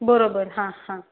बरोबर हां हां